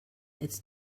its